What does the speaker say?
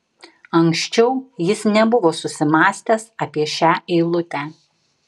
anksčiau jis nebuvo susimąstęs apie šią eilutę